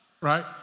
Right